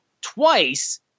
twice